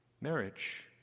marriage